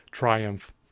triumph